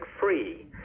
free